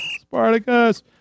Spartacus